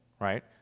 right